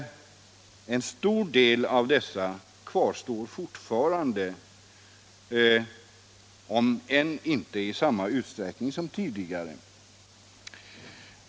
En stor del av dem kvarstår fortfarande, om än inte lika många som tidigare.